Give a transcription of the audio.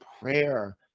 prayer